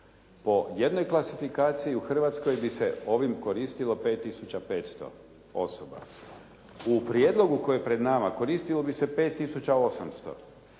Po jednoj klasifikaciji u Hrvatskoj bi se ovim koristilo 5500 osoba. U prijedlogu koji je pred nama koristilo bi se 5800, a